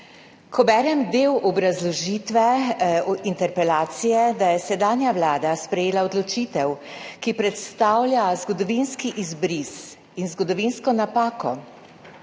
Ko berem del obrazložitve interpelacije, da je sedanja vlada sprejela odločitev, ki predstavlja zgodovinski izbris in zgodovinsko napako,